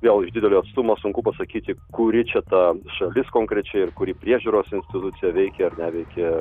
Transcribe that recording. vėl iš didelio atstumo sunku pasakyti kuri čia ta šalis konkrečiai ir kuri priežiūros institucija veikė ar neveikė